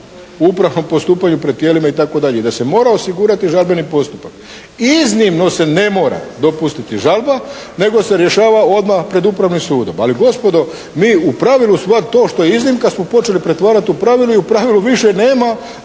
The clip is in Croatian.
upravo u postanju pred tijelima itd. i da se mora osigurati žalbeni postupak. Iznimno se mora dopustiti žalba, nego se rješava odmah pred Upravnim sudom. Ali, gospodo mi u pravilu sve to što je iznimka smo počeli pretvarati u pravilo. I u pravilu više nema